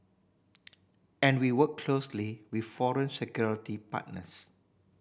and we work closely with foreign security partners